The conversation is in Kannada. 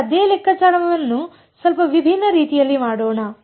ಈಗ ಅದೇ ಲೆಕ್ಕಾಚಾರವನ್ನು ಸ್ವಲ್ಪ ವಿಭಿನ್ನ ರೀತಿಯಲ್ಲಿ ಮಾಡೋಣ